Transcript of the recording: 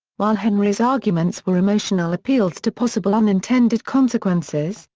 while henry's arguments were emotional appeals to possible unintended consequences,